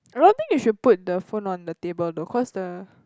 I don't think you should put the phone on the table though cause the